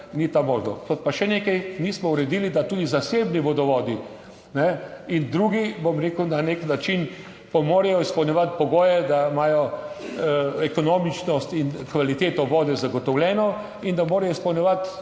ni ta možnost. Pa še nekaj, nismo uredili, da tudi zasebni vodovodi, kajne, in drugi, bom rekel, na nek način pa morajo izpolnjevati pogoje, da imajo ekonomičnost in kvaliteto vode zagotovljeno in da morajo izpolnjevati predvsem